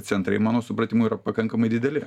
centrai mano supratimu yra pakankamai dideli